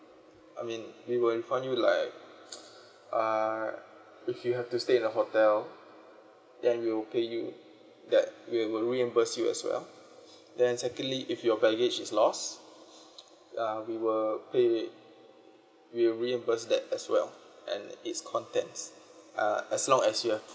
I mean we will refund you like uh if you have to stay in the hotel then we'll pay you that we will reimburse you as well then secondly if your baggage is lost uh we will pay we will reimburse that as well and its contents uh as long as you have